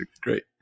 great